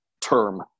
term